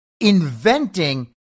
inventing